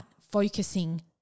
focusing